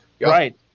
Right